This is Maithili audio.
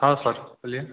हँ सर बोलिए